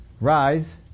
Rise